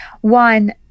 One